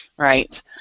Right